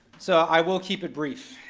so i will keep it brief,